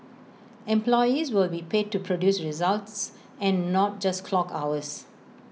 employees will be paid to produce results and not just clock hours